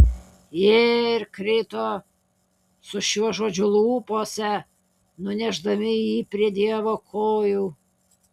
jie ir krito su šiuo žodžiu lūpose nunešdami jį prie dievo kojų